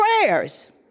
prayers